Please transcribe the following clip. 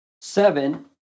Seven